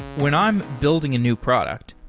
when i'm building a new product,